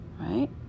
Right